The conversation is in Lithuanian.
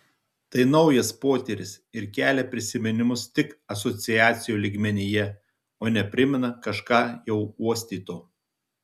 tai naujas potyris ir kelia prisiminimus tik asociacijų lygmenyje o ne primena kažką jau uostyto